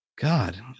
God